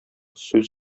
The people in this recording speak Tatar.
сүз